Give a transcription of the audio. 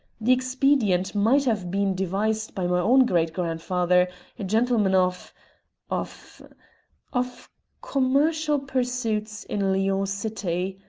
the expedient might have been devised by my own great-grandfather a gentleman of of of commercial pursuits in lyons city.